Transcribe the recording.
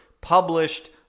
published